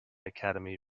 academy